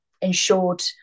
ensured